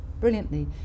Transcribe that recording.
brilliantly